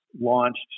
launched